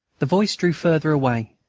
the voice drew farther away,